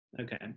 Okay